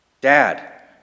Dad